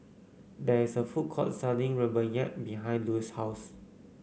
there is a food court selling rempeyek behind Lue's house